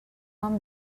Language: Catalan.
han